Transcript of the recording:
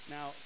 Now